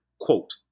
Quote